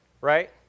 right